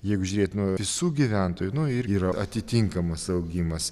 jeigu žiūrėt nuo visų gyventojų nu ir yra atitinkamas augimas